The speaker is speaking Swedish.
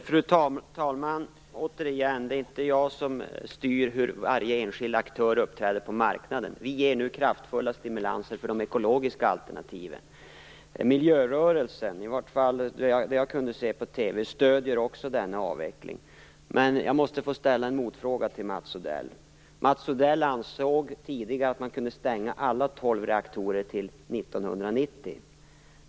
Fru talman! Återigen: Det är inte jag som styr hur varje enskild aktör uppträder på marknaden. Vi ger nu kraftiga stimulanser till de ekologiska alternativen. Miljörörelsen - i vart fall enligt det jag kunde se i TV - stöder också denna avveckling. Men jag måste få ställa en motfråga till Mats Odell. Mats Odell ansåg tidigare att man kunde stänga alla tolv reaktorer till 1990.